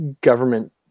government